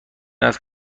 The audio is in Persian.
است